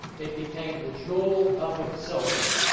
it became the jewel of the facility.